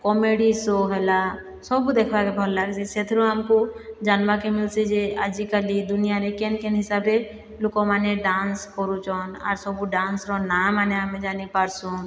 comedy show ହେଲା ସବୁ ଦେଖ୍ବାକେ ଭଲ୍ ଲାଗ୍ସି ସେଥିରୁ ଆମ୍କୁ ଯାନ୍ବାକେ ମିଲ୍ସି ଯେ ଆଜିକାଲି ଦୁନିଆଁରେ କେନ୍ କେନ୍ ହିସାବରେ ଲୋକମାନେ ଡାନ୍ସ କରୁଛନ୍ ଆର୍ ସବୁ ଡାନ୍ସର ନା ମାନେ ଆମେ ଜାନି ପାର୍ସୁଁ